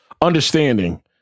understanding